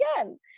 again